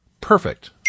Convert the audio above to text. Perfect